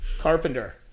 Carpenter